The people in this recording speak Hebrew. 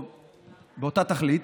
באותה תכלית,